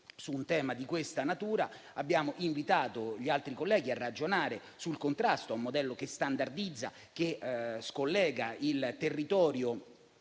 su un tema di tale natura. Abbiamo invitato gli altri colleghi a ragionare sul contrasto a un modello che standardizza e che scollega il territorio